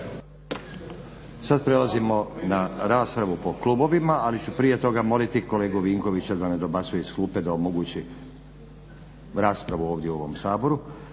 Sad prelazimo na raspravu po klubovima, ali ću prije toga moliti kolegu Vinkovića da ne dobacuje iz klupe, da omogući raspravu ovdje u ovom Saboru.